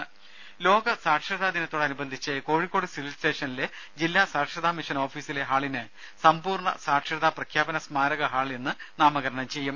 രുഭ ലോക സാക്ഷരതാ ദിനത്തോട് അനുബന്ധിച്ച് കോഴിക്കോട് സിവിൽ സ്റ്റേഷനിലെ ജില്ലാ സാക്ഷരതാ മിഷൻ ഓഫീസിലെ ഹാളിന് സമ്പൂർണ്ണ സാക്ഷരതാ പ്രഖ്യാപന സ്മാരക ഹാൾ എന്ന് നാമകരണം ചെയ്യും